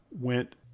went